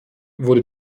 wurde